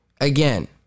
Again